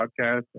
podcast